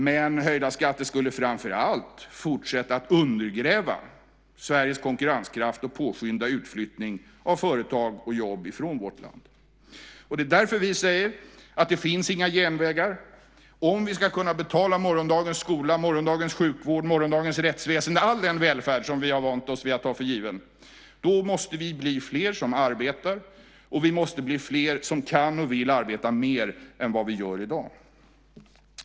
Men höjda skatter skulle framför allt fortsätta att undergräva Sveriges konkurrenskraft och påskynda utflyttning av företag och jobb ifrån vårt land. Det är därför vi säger: Det finns inga genvägar! Om vi ska kunna betala morgondagens skola, morgondagens sjukvård och morgondagens rättsväsende, all den välfärd som vi har vant oss vid att ta för given, måste vi bli fler som arbetar. Vi måste bli fler som kan och vill arbeta mer än vad vi gör i dag.